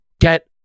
get